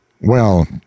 Well